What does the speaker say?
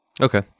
Okay